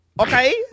okay